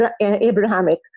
Abrahamic